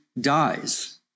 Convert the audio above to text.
dies